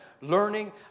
learning